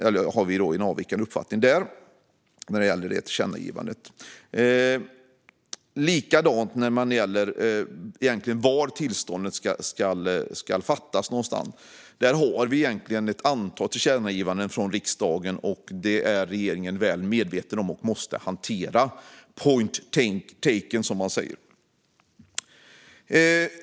Därför har vi en avvikande uppfattning när det gäller det tillkännagivandet. Det är likadant när det gäller var beslut om tillstånd ska fattas. Vi har ett antal tillkännagivanden från riksdagen; det är regeringen väl medveten om och måste hantera. Point taken, som man säger.